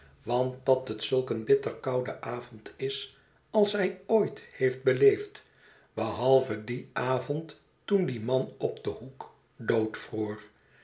want dathetzulk een bitter koude avond is als hij ooit heeft beleefd behalve dien avond toen die man op den hoek